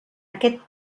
aquest